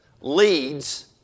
leads